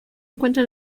encuentra